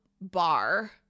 bar